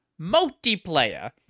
multiplayer